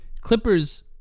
Clippers